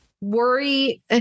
worry